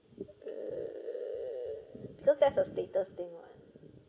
ugh because that's a status thing [what]